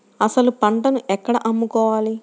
అసలు పంటను ఎక్కడ అమ్ముకోవాలి?